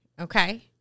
Okay